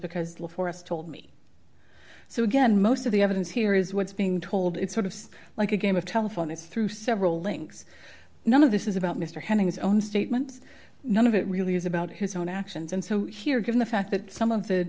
because live for us told me so again most of the evidence here is what's being told it's sort of like a game of telephone it's through several links none of this is about mr henning his own statements none of it really is about his own actions and so here given the fact that some of the